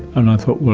and i thought,